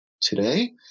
today